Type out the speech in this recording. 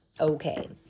Okay